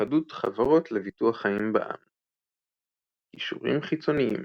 התאחדות חברות לביטוח חיים בע"מ קישורים חיצוניים